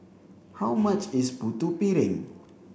how much is Putu Piring